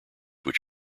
which